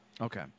Okay